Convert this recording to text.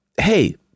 Hey